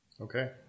Okay